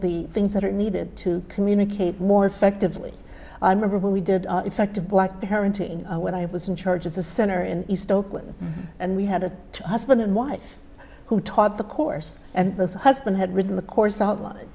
the things that are needed to communicate more effectively and member what we did in fact black parenting when i was in charge of the center in east oakland and we had a husband and wife who taught the course and the husband had written the course outline